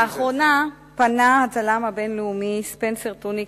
לאחרונה פנה הצלם הבין-לאומי ספנסר טוניק